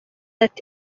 ati